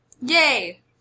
Yay